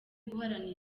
guharanira